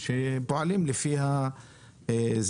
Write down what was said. איסלמיים שפועלים לפי השריעה.